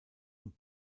und